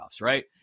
Right